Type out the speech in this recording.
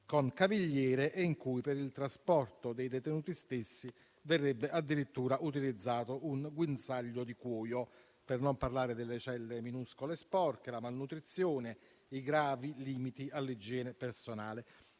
con cavigliere e in cui per il trasporto dei detenuti stessi verrebbe addirittura usato un guinzaglio di cuoio, per non parlare delle celle minuscole e sporche, della malnutrizione, dei gravi limiti all'igiene personale.